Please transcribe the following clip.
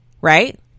right